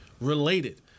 related